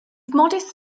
modest